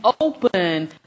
open